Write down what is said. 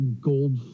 gold